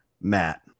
matt